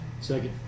second